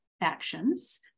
actions